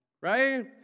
right